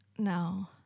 No